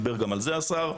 דיבר גם על זה סגן השר,